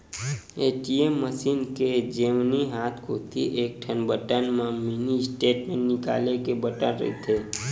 ATM machine के जेवनी हाथ कोती एकठन बटन म मिनी स्टेटमेंट निकाले के बटन रहिथे